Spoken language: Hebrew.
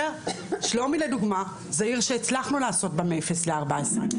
שלומי לדוגמה זו עיר שהצלחנו לעשות בה מאפס ל-14,